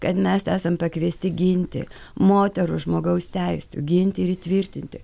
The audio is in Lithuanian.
kad mes esam pakviesti ginti moterų žmogaus teisių ginti ir įtvirtinti